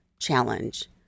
challenge